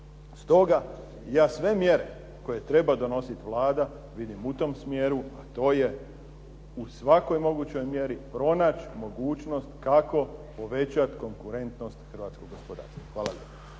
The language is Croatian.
Stoga, ja sve mjere koje treba donositi Vlada vidim u tom smjeru, a to je u svakoj mogućoj mjeri pronaći mogućnost kako povećati konkurentnost hrvatskog gospodarstva. Hvala